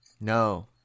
No